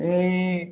ଏଇ